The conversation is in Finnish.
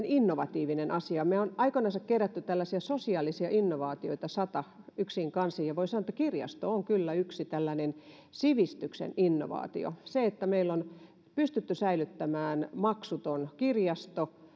innovatiivinen asia me olemme aikanamme keränneet sata tällaista sosiaalista innovaatiota yksiin kansiin ja voi sanoa että kirjasto on kyllä yksi tällainen sivistyksen innovaatio meillä on pystytty säilyttämään maksuton kirjasto